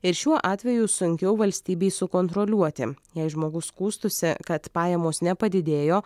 ir šiuo atveju sunkiau valstybei sukontroliuoti jei žmogus skųstųsi kad pajamos nepadidėjo